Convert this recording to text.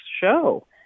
show